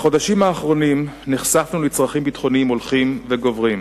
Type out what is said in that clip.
בחודשים האחרונים נחשפנו לצרכים ביטחוניים הולכים וגוברים.